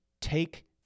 take